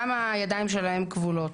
גם הידיים שלהם כבולות.